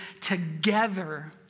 together